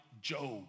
Job